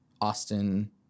austin